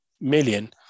million